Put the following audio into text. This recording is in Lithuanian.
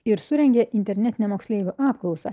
ir surengė internetinę moksleivių apklausą